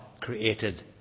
created